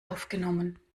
aufgenommen